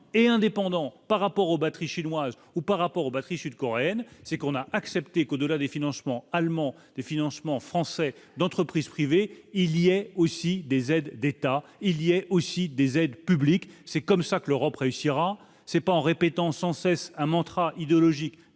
et indépendant par rapport aux batteries chinoise ou par rapport aux batteries sud-coréenne, c'est qu'on a accepté qu'au-delà des financements allemand des financements français d'entreprises privées, il y a aussi des aides d'État il y a aussi des aides publiques, c'est comme ça que l'Europe réussira ce n'est pas en répétant sans cesse un mantra idéologiques